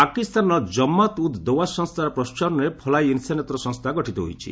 ପାକିସ୍ତାନର ଜମାତ୍ ଉଦ୍ ଦୱା ସଂସ୍ଥାର ପ୍ରୋହାହନରେ ଫଲା ଇ ଇନ୍ସାନିୟତ୍ ସଂସ୍ଥା ଗଠିତ ହୋଇଛି